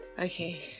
okay